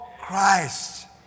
Christ